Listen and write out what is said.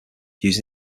use